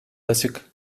açık